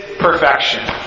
perfection